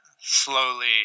slowly